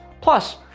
Plus